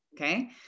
okay